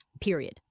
period